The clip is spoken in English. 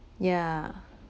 yeah